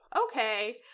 okay